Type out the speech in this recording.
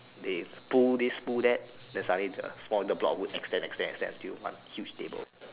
they pull this pull that then suddenly the small the block would extend extend extend until one huge table